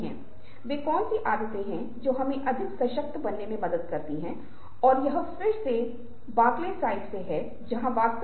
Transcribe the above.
पहला एक अमेरिकी संस्कृति है जहां यह हिस्सा एक व्यक्ति को बोलते हुए दिखाता है और यह हिस्सा दूसरे व्यक्ति को बोलते हुए दिखाता है